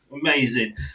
amazing